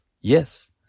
Yes